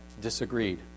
disagreed